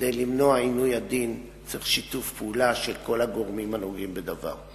כדי למנוע עינוי הדין צריך שיתוף פעולה של כל הגורמים הנוגעים בדבר.